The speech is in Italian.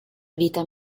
vita